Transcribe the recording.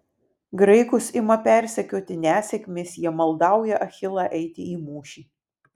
graikus ima persekioti nesėkmės jie maldauja achilą eiti į mūšį